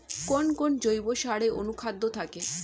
কোন কোন জৈব সারে অনুখাদ্য থাকে?